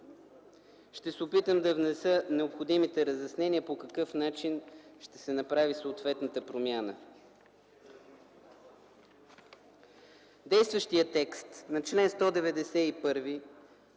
ще се опитам да внеса необходимите разяснения по какъв начин ще се направи съответната промяна. Действащият текст на чл. 191